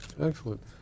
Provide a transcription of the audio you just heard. excellent